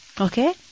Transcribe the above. Okay